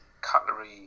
cutlery